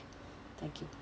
thank you